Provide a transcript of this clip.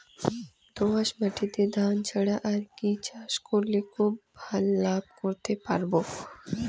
দোয়াস মাটিতে ধান ছাড়া আর কি চাষ করলে খুব ভাল লাভ করতে পারব?